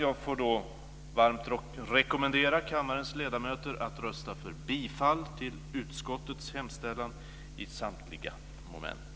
Jag vill varmt rekommendera kammarens ledamöter att rösta för bifall till utskottets hemställan i samtliga moment.